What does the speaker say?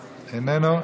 איננו,